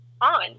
on